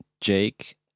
Jake